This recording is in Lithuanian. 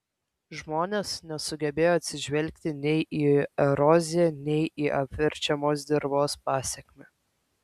žmonės nesugebėjo atsižvelgti nei į eroziją nei į apverčiamos dirvos pasekmę